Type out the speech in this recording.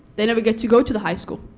they never get to go to the high school.